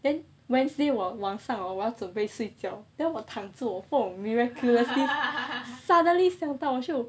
then wednesday 我晚上 hor 我要准备睡觉 then 我躺着我 miraculously suddenly 想到